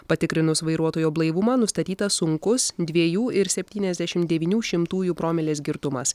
patikrinus vairuotojo blaivumą nustatytas sunkus dviejų ir septyniasdešimt devynių šimtųjų promilės girtumas